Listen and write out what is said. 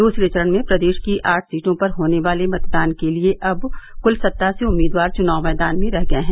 दूसरे चरण में प्रदेश की आठ सीटों पर होने वाले मतदान के लिए अब कुल सत्तासी उम्मीदवार चुनाव मैदान में रह गये हैं